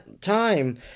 time